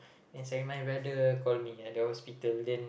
yesterday my brother call me at the hospital then